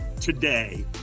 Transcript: today